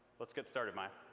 let's get started, maya.